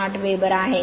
8 वेबर आहे